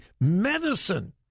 medicine